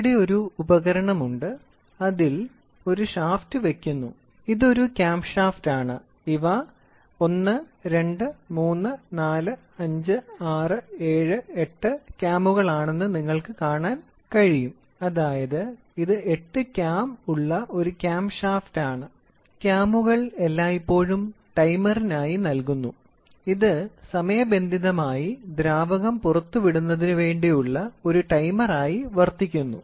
ഇവിടെ ഒരു ഉപകരണം ഉണ്ട് അതിൽ ഒരു ഷാഫ്റ്റ് വയ്ക്കുന്നു ഇത് ഒരു ക്യാം ഷാഫ്റ്റാണ് ഇവ 1 2 3 4 5 6 7 8 ക്യാമുകളാണെന്ന് നിങ്ങൾക്ക് കാണാൻ കഴിയും ഇത് 8 ക്യാം ഉള്ള ഒരു ക്യാം ഷാഫ്റ്റാണ് ക്യാമുകൾ എല്ലായ്പ്പോഴും ടൈമറിനായി നൽകുന്നു ഇത് സമയബന്ധിതമായി ദ്രാവകം പുറത്തുവിടുന്നതിന് വേണ്ടിയുളള ഒരു ടൈമർ ആയി വർത്തിക്കുന്നു